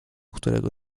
którego